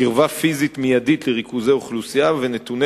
קרבה פיזית מיידית לריכוזי אוכלוסייה ונתוני